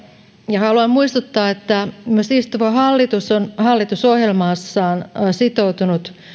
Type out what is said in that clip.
ja haluan muistuttaa että myös istuva hallitus on hallitusohjelmassaan sitoutunut